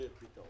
מצטער